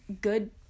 good